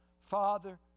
Father